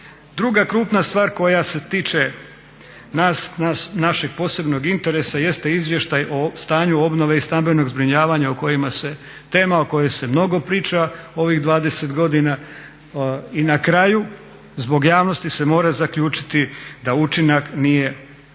Druga krupna stvar koja se tiče našeg posebnog interesa jeste izvještaj o stanju obnove i stambenog zbrinjavanja tema o kojoj se puno priča ovih 20 godina i na kraju zbog javnosti se mora zaključiti da učinak nije